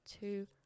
two